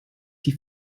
die